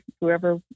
whoever